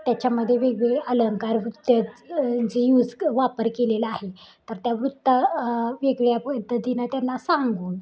त्याच्यामध्ये वेगवेगळे अलंकार वृत्त जे यूज वापर केलेलं आहे तर त्या वृत्त वेगळ्या पद्धतीनं त्यांना सांगून